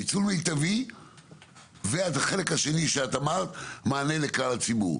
ניצול מיטבי והחלק השני שאת אמרת מענה לכלל הציבור.